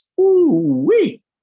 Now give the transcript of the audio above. ooh-wee